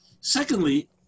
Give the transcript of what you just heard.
Secondly